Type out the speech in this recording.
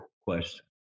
question